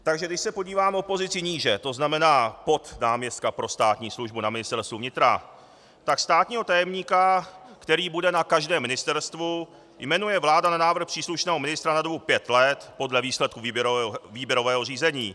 Takže když se podívám o pozici níže, to znamená pod náměstka pro státní službu na Ministerstvu vnitra, tak státního tajemníka, který bude na každém ministerstvu, jmenuje vláda na návrh příslušného ministra na dobu pět let podle výsledků výběrového řízení.